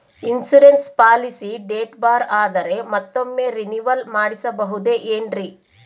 Insurance policy date ಬಾರ್ ಆದರೆ ಮತ್ತೊಮ್ಮೆ ರಿನಿವಲ್ ಮಾಡಿಸಬಹುದೇ ಏನ್ರಿ?